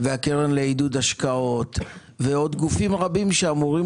הקרן לעידוד השקעות ועוד גופים רבים שאמורים